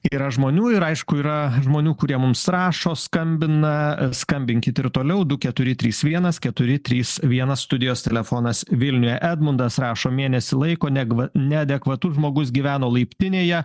ir yra žmonių ir aišku yra žmonių kurie mums rašo skambina skambinkit ir toliau du keturi trys vienas keturi trys vienas studijos telefonas vilniuje edmundas rašo mėnesį laiko negva neadekvatu žmogus gyveno laiptinėje